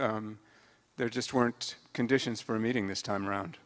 there just weren't conditions for a meeting this time around